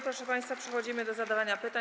Proszę państwa, przechodzimy do zadawania pytań.